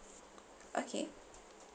okay